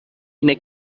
اینه